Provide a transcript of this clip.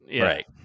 Right